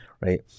right